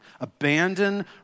Abandon